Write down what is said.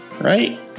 Right